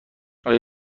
آیا